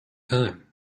time